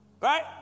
Right